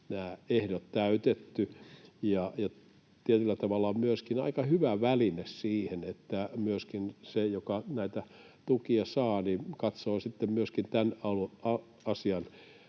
ehdot täytetty. Tietyllä tavalla tämä on myöskin aika hyvä väline siihen, että myöskin se, joka näitä tukia saa, katsoo myöskin tämän asian